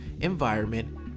environment